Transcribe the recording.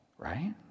Right